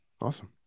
awesome